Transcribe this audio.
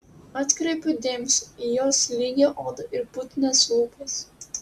atkreipiu dėmesį į jos lygią odą ir putnias lūpas